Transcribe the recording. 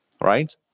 right